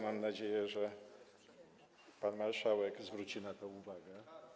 Mam nadzieję, że pan marszałek zwróci na to uwagę.